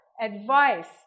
advice